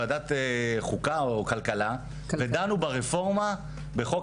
כי ישבנו בוועדת חוקה או כלכלה ודנו ברפורמה בחוק